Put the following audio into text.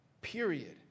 Period